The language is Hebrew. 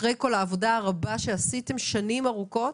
אחרי כל העבודה הרבה שעשיתם שנים ארוכות,